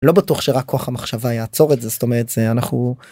לא בטוח שרק כוח המחשבה יעצור את זה זאת אומרת זה אנחנו.